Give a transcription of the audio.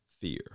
fear